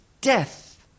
death